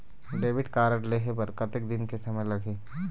Debit card लेहे बर कतेक दिन के समय लगही?